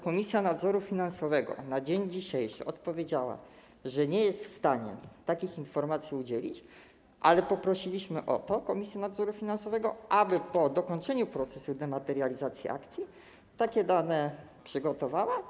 Komisja Nadzoru Finansowego na dzień dzisiejszy odpowiedziała, że nie jest w stanie takich informacji udzielić, ale poprosiliśmy Komisję Nadzoru Finansowego o to, aby po dokończeniu procesu dematerializacji akcji takie dane przygotowała.